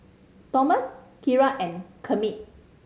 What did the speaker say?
Tomas Kiara and Kermit